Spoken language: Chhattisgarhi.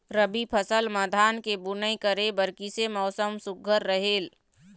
रबी फसल म धान के बुनई करे बर किसे मौसम सुघ्घर रहेल?